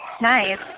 Nice